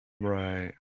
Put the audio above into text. right